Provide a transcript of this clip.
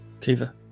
Kiva